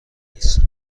نیستم